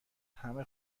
همه